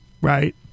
Right